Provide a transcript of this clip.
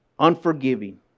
unforgiving